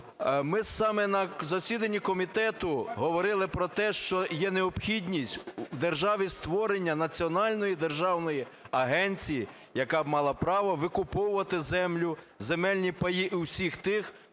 Ми саме на засіданні комітету говорили про те, що є необхідність у державі створення національної державної агенції, яка б мала право викуповувати землю, земельні паї у всіх тих,